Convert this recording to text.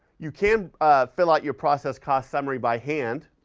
you can fill out your process cost summary by hand.